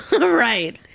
Right